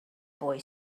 boy